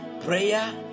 prayer